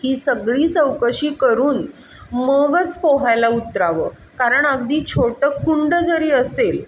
ही सगळी चौकशी करून मगच पोहायला उतरावं कारण अगदी छोटं कुंड जरी असेल